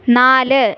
നാല്